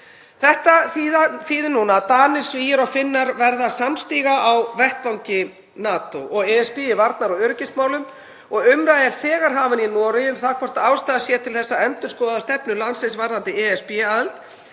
Þetta þýðir núna að Danir, Svíar og Finnar verða samstiga á vettvangi NATO og ESB í varnar- og öryggismálum og umræða er þegar hafin í Noregi um það hvort ástæða sé til að endurskoða stefnu landsins varðandi ESB-aðild.